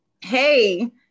Hey